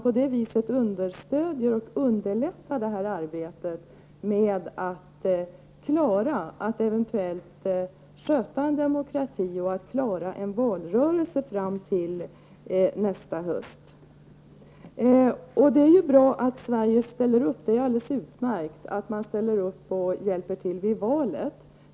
På det viset kan man stödja och underlätta arbetet dessa människor att lära sig att sköta en demokrati och klara en valrörelse fram till nästa höst. Det är alldeles utmärkt att Sverige ställer upp och hjälper till vid valet.